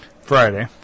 Friday